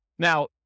Now